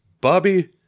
Bobby